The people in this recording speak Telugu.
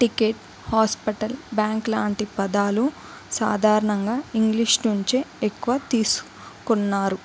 టికెట్ హాస్పిటల్ బ్యాంక్ లాంటి పదాలు సాధారణంగా ఇంగ్లీష్ నుంచి ఎక్కువగా తీసుకున్నారు